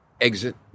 exit